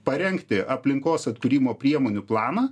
parengti aplinkos atkūrimo priemonių planą